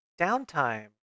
Downtime